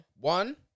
One